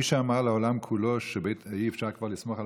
מי שאמר לעולם כולו שאי-אפשר כבר לסמוך על